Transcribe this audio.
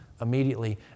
immediately